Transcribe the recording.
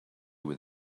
with